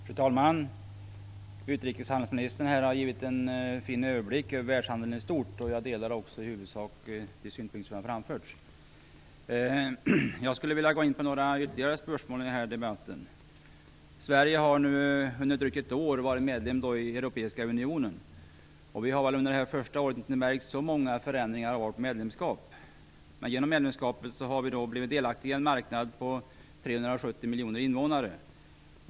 Fru talman! Utrikeshandelsministern har givit en fin överblick över världshandeln i stort. Jag delar också i huvudsak de synpunkter som har framförts. Jag skulle vilja gå in på några ytterligare spörsmål i den här debatten. Sverige har nu under drygt ett år varit medlem i den europeiska unionen. Vi har väl under det första året inte märkt så många förändringar till följd av vårt medlemskap. Men genom medlemskapet har vi blivit delaktiga i en marknad på 370 miljoner invånare.